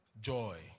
joy